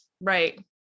Right